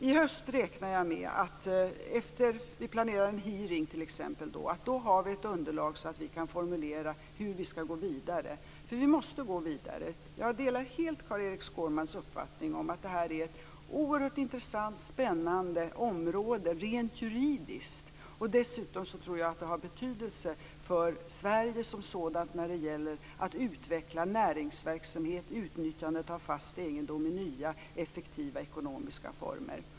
I höst räknar jag med att vi, efter den hearing som vi då planerar, har ett underlag som gör att vi kan formulera hur vi skall gå vidare. För vi måste gå vidare. Jag delar helt Carl-Erik Skårmans uppfattning om att det här är ett oerhört intressant och spännande område rent juridiskt, och dessutom tror jag att det har betydelse för Sverige som sådant när det gäller att utveckla näringsverksamhet och utnyttjandet av fast egendom i nya effektiva ekonomiska former.